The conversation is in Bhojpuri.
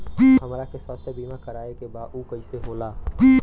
हमरा के स्वास्थ्य बीमा कराए के बा उ कईसे होला?